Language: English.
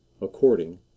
according